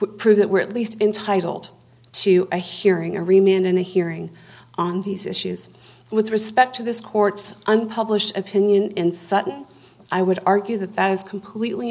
would prove that we're at least intitled to a hearing every man and a hearing on these issues with respect to this court's unpublished opinion and such i would argue that that is completely an